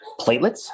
platelets